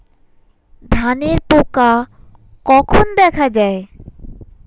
ধানের পোকা কখন দেখা দেয়?